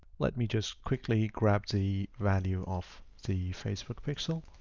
let me just quickly grab the value of the facebook pixel